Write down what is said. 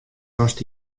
datst